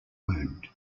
wound